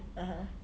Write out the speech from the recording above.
(uh huh)